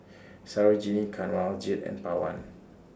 Sarojini Kanwaljit and Pawan